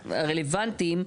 הרלוונטיים,